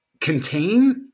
contain